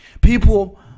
People